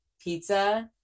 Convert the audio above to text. pizza